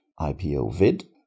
IPO-Vid